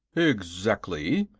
exactly,